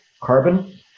carbon